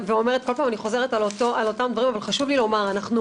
כל פעם אני חוזרת על אותם דברים אבל חשוב לי לומר: אנחנו